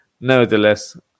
nevertheless